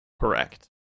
Correct